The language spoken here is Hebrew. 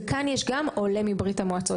ויש כאן גם להיות עולה מברית המועצות,